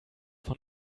von